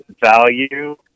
value